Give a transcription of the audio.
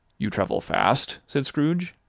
you travel fast? said scrooge.